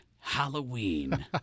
Halloween